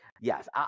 Yes